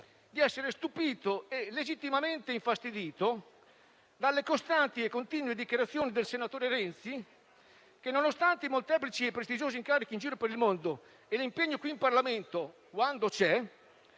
di essere stupito e legittimamente infastidito dalle costanti e continue dichiarazioni del senatore Renzi, che, nonostante i molteplici e prestigiosi incarichi in giro per il mondo e l'impegno qui in Parlamento (quando c'è),